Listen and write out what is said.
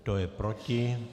Kdo je proti?